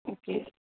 okay